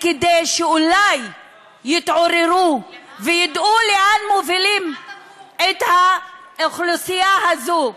כדי שאולי יתעוררו וידעו לאן מובילים את האוכלוסייה הזאת.